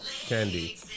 Candy